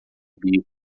bico